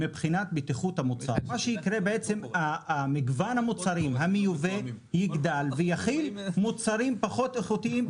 מה שיקרה זה שמגוון המוצרים המיובא יגדל ויכיל מוצרים פחות איכותיים,